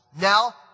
now